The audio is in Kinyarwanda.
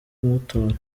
kumutora